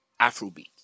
Afrobeat